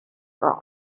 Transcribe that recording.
are